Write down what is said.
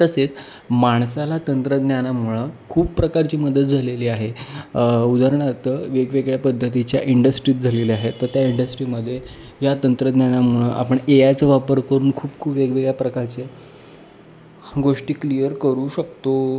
तसेच माणसाला तंत्रज्ञानामुळं खूप प्रकारची मदत झालेली आहे उदाहरणार्थ वेगवेगळ्या पद्धतीच्या इंडस्ट्रीज झालेल्या आहेत तर त्या इंडस्ट्रीमध्ये या तंत्रज्ञानामुळं आपण ए आय चा वापर करून खूप खूप वेगवेगळ्या प्रकारचे गोष्टी क्लियर करू शकतो